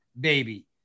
baby